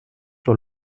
sur